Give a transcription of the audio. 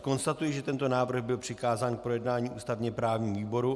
Konstatuji, že tento návrh byl přikázán k projednání ústavněprávnímu výboru.